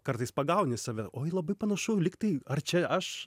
kartais pagauni save oi labai panašu lyg tai ar čia aš